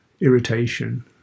irritation